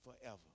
forever